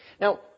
Now